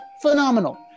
Phenomenal